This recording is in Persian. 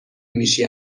میشی